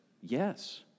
yes